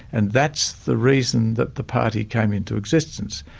and that's the reason that the party came into existence,